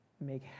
make